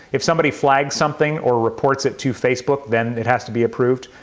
if somebody flags something, or reports it to facebook, then it has to be approved.